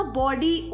body